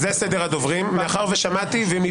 אני רוצה למחות על ההעדפה הברורה שיש בסדר הדוברים לאופוזיציה.